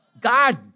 God